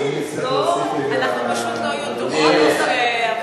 אדוני יצטרך להוסיף לי מהדו-שיח הזה.